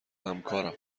همکارم